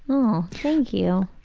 um thank you.